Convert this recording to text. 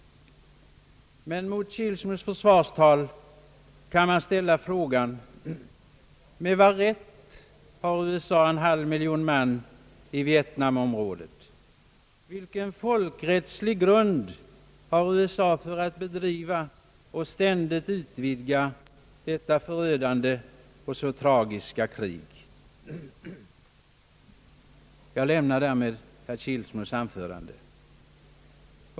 Men mot herr Kilsmos försvarstal kan man ställa frågan: Med vad rätt har USA en halv miljon man i Vietnam-området? Vilken folkrättslig grund har USA för att bedriva och ständigt utvidga detta förödande och så tragiska krig? Jag lämnar därmed herr Kilsmos anförande.